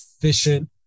efficient